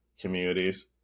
communities